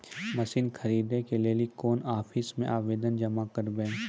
Machine खरीदै के लेली कोन आफिसों मे आवेदन जमा करवै?